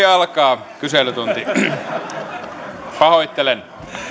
alkaa kyselytunti pahoittelen no